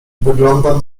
wyglądam